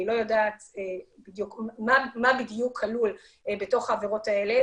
אני לא יודעת מה בדיוק כלול בתוך העבירות האלה,